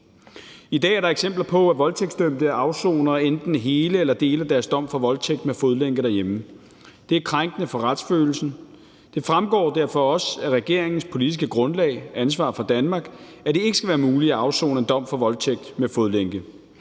I dag er der eksempler på, at voldtægtsdømte afsoner enten hele eller dele af deres dom for voldtægt med fodlænke derhjemme. Det er krænkende for retsfølelsen. Det fremgår derfor også af regeringens politiske grundlag »Ansvar for Danmark«, at det ikke skal være muligt at afsone en dom for voldtægt med fodlænke.